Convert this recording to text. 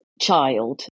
child